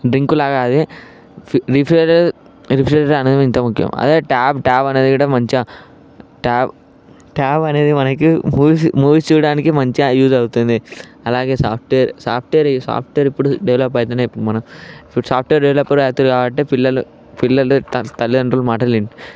drink లాగా అది refrigerator refrigerator అనేది ఇంత ముఖ్యం అదే ట్యాబ్ ట్యాబ్ అనేది కూడా మంచిగా ట్యాబ్ ట్యాబ్ అనేది మనకి మూవీస్ మూవీస్ చూడడానికి మంచిగా యూస్ అవుతుంది అలాగే సాఫ్ట్వేర్ సాఫ్ట్వేర్ సాఫ్ట్వేర్ ఇప్పుడు డెవలప్ అవుతుంది మన సాఫ్ట్వేర్ డెవలపర్ అవుతారు కాబట్టి పిల్లలు పిల్లలు తల్లిదండ్రులు మాట